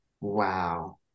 Wow